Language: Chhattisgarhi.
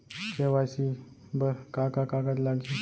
के.वाई.सी बर का का कागज लागही?